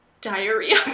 diarrhea